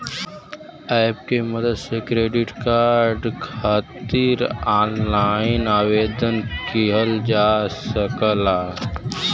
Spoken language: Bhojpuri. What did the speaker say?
एप के मदद से क्रेडिट कार्ड खातिर ऑनलाइन आवेदन किहल जा सकला